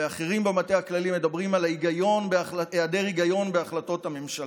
ואחרים במטה הכללי דיברו על היעדר היגיון בהחלטות הממשלה.